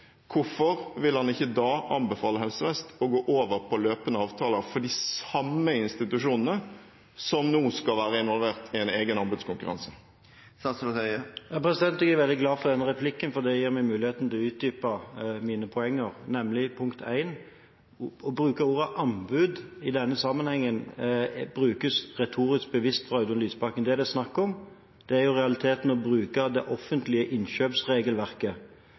hvorfor vil han ikke anbefale Helse Vest å gå over til løpende avtaler for de samme institusjonene som nå skal være involvert i en egen anbudskonkurranse? Jeg er veldig glad for den replikken, for det gir meg muligheten til å utdype mine poenger. For det første er ordet «anbud» i denne sammenhengen brukt bevisst retorisk av Audun Lysbakken. Det det er snakk om, er i realiteten å bruke det offentlige innkjøpsregelverket.